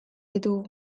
ditugu